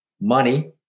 money